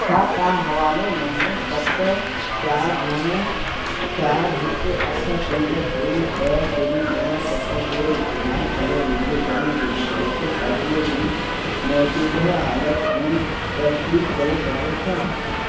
छा तव्हां हवालो नम्बर सत चारि नव चारि हिकु अठ पंज टे ॿ ॿुड़ी नव सत जो इस्तेमालु करे मुंहिंजे जनम रजिस्ट्रेशन अर्ज़ीअ जी मौजूदह हालति जी तसिदीक़ु करे सघो था